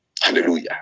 Hallelujah